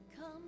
come